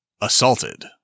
assaulted